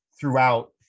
throughout